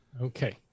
Okay